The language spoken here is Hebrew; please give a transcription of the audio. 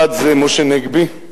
אחד זה משה נגבי,